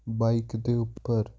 bike ਦੇ ਉੱਪਰ